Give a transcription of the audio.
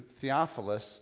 Theophilus